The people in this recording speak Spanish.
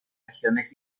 regiones